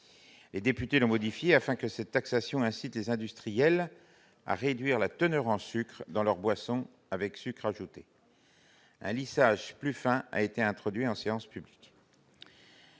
le dispositif envisagé, afin que la taxation incite les industriels à réduire la teneur en sucre dans leurs boissons avec sucres ajoutés. Un lissage plus fin a été introduit en séance publique.